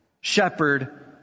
Shepherd